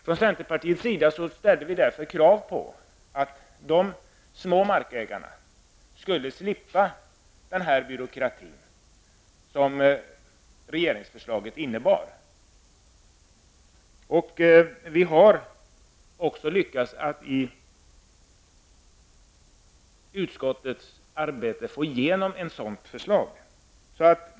Från centerpartiets sida ställer vi därför krav på att de små markägarna skall få slippa den byråkrati som regeringsförslaget innebär. Vi har också i utskottsarbetet fått genomslag för ett sådant förslag.